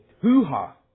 hoo-ha